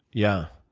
yeah.